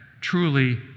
truly